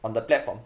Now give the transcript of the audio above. on the platform